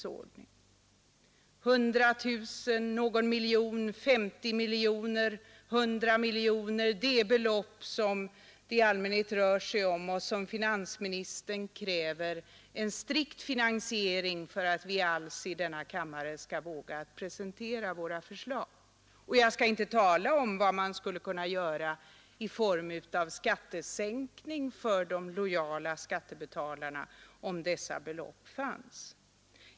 100 miljoner kronor, 50 miljoner, någon miljon, 100 000, är de belopp som det i allmänhet rör sig om och som finansministern kräver en strikt finansiering av för att vi alls i denna kammare skall våga presentera våra förslag. Jag skall inte tala om vad man skulle kunna göra i form av skattesänkning för de lojala skattebetalarna, om dessa belopp fanns.